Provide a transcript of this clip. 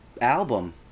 album